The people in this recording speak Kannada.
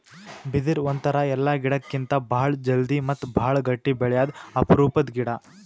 ಬಿದಿರ್ ಒಂಥರಾ ಎಲ್ಲಾ ಗಿಡಕ್ಕಿತ್ತಾ ಭಾಳ್ ಜಲ್ದಿ ಮತ್ತ್ ಭಾಳ್ ಗಟ್ಟಿ ಬೆಳ್ಯಾದು ಅಪರೂಪದ್ ಗಿಡಾ